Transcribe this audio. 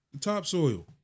Topsoil